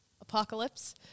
apocalypse